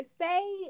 say